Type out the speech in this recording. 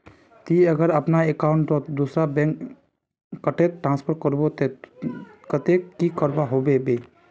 ती अगर अपना अकाउंट तोत दूसरा बैंक कतेक ट्रांसफर करबो ते कतेक की करवा होबे बे?